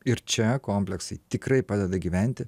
ir čia kompleksai tikrai padeda gyventi